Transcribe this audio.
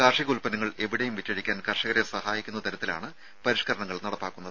കാർഷിക ഉൽപ്പന്നങ്ങൾ എവിടേയും വിറ്റഴിക്കാൻ കർഷകരെ സഹായിക്കുന്ന തരത്തിലാണ് പരിഷ്ക്കരണങ്ങൾ നടപ്പാക്കുന്നത്